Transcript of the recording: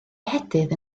ehedydd